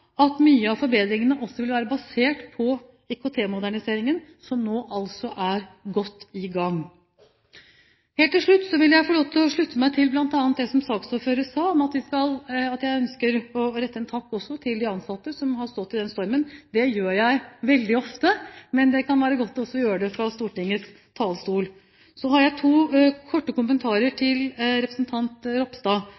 at mye av forbedringen også vil være basert på IKT-moderniseringen, som nå altså er godt i gang. Til slutt vil jeg slutte meg til det bl.a. saksordføreren sa. Jeg ønsker også å rette en takk til de ansatte som har stått i denne stormen – det gjør jeg veldig ofte, men det er godt å si det også fra Stortingets talerstol. Så har jeg to korte kommentarer